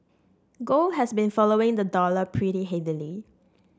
gold has been following the dollar pretty heavily